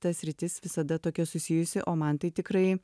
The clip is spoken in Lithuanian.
ta sritis visada tokia susijusi o man tai tikrai